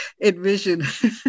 envision